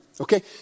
Okay